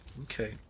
Okay